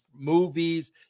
movies